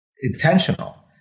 intentional